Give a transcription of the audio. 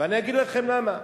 ואני אגיד לכם למה.